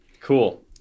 cool